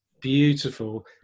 beautiful